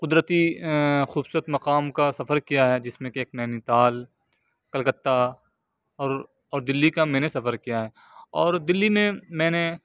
قدرتی خوبصورت مقام کا سفر کیا ہے جس میں کہ ایک نینی تال کلکتہ اور اور دلی کا میں نے سفر کیا ہے اور دلی میں میں نے